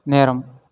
நேரம்